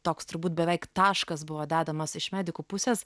toks turbūt beveik taškas buvo dedamas iš medikų pusės